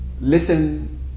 listen